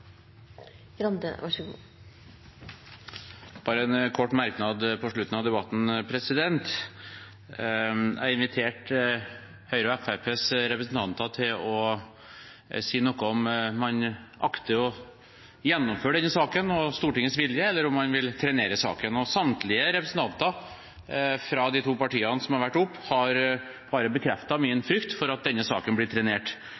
bare en kort merknad på slutten av debatten. Jeg inviterte Høyres og Fremskrittspartiets representanter til å si noe om man akter å gjennomføre denne saken og Stortingets vilje, eller om man vil trenere saken. Samtlige representanter fra de to partiene som har vært her oppe, har bare bekreftet min frykt for at denne saken blir trenert.